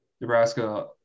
Nebraska